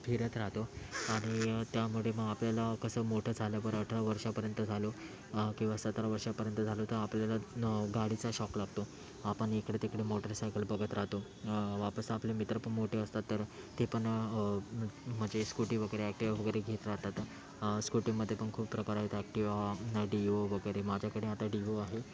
फिरत राहतो आणि त्यामध्ये मग आपल्याला कसं मोठं झाल्यावर अठरा वर्षापर्यंत झालो किंवा सतरा वर्षापर्यंत झालो तर आपल्याला गाडीचा शौक लागतो आपण इकडे तिकडे मोटरसायकल बघत राहतो वापस आपले मित्र पण मोठे असतात तर ते पण म्हणजे स्कुटी वगैरे ॲक्टिव्हा वगैरे घेत राहतात स्कुटीमध्ये पण खूप प्रकार आहेत ॲक्टिव्हा डिओ वगैरे माझ्याकडे आता डिओ आहे